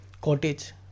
cottage